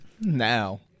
now